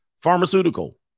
Pharmaceutical